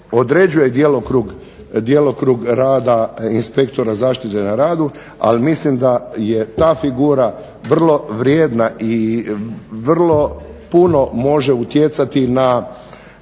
određuje djelokrug rada inspektora zaštite na radu, ali mislim da je ta figura vrlo vrijedna i vrlo puno može utjecati na